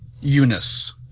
Eunice